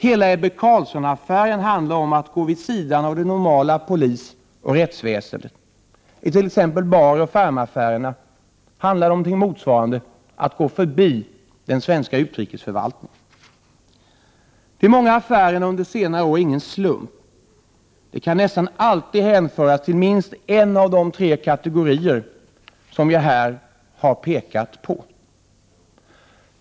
Hela Ebbe Carlsson-affären handlar om att gå vid sidan av det normala polisoch rättsväsendet. I Bahroch Ferm-affärerna handlar det om något motsvarande, nämligen om att gå förbi den svenska utrikesförvaltningen. De många affärerna under senare år är ingen slump. De kan nästan alltid hänföras till minst en av de tre kategorier som jag här har pekat på.